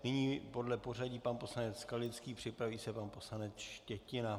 Nyní podle pořadí pan poslanec Skalický, připraví se pan poslanec Štětina.